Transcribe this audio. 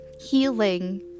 healing